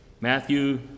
Matthew